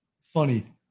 funny